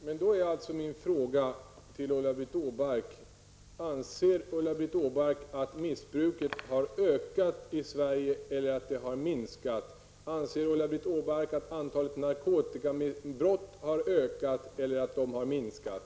Herr talman! Då är min fråga till Ulla-Britt Åbark: Anser Ulla-Britt Åbark att missbruket har ökat i Sverige eller att det har minskat? Anser Ulla-Britt Åbark att antalet narkotikabrott har ökat eller att de har minskat?